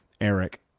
Eric